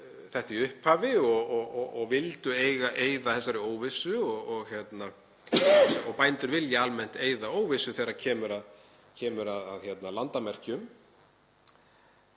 þetta í upphafi og vildu eyða þessari óvissu og bændur vilja almennt eyða óvissu þegar kemur að landamerkjum.